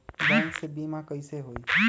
Bank से बिमा कईसे होई?